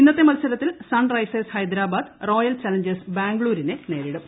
ഇന്നത്തെ മത്സരത്തിൽ Sunrisers Hyderabad Royal Challengers ബാംഗ്ലൂരിനെ നേരിടും